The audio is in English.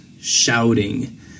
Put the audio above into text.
shouting